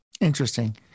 Interesting